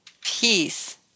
peace